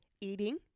eating